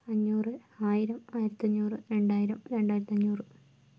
അഞ്ഞൂറ് ആയിരം ആയിരത്തിയഞ്ഞൂറ് രണ്ടായിരം രണ്ടായിരത്തിയഞ്ഞൂറ്